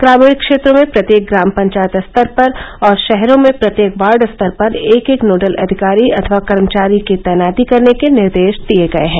ग्रामीण क्षेत्रों में प्रत्येक ग्राम पंचायत स्तर पर और शहरों में प्रत्येक वार्ड स्तर पर एक एक नोडल अधिकारी अथवा कर्मचारी की तैनाती करने के निर्देश दिए गए हैं